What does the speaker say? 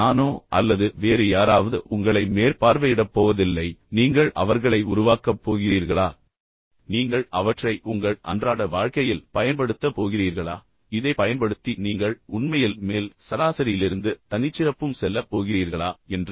இப்போது நானோ அல்லது வேறு யாராவது உங்களை மேற்பார்வையிடப் போவதில்லை நீங்கள் அவர்களை உருவாக்கப் போகிறீர்களா நீங்கள் அவற்றை உங்கள் அன்றாட வாழ்க்கையில் பயன்படுத்தப் போகிறீர்களா இதைப் பயன்படுத்தி நீங்கள் உண்மையில் மேல் சராசரியிலிருந்து தனிச்சிறப்பும் செல்லப் போகிறீர்களா என்று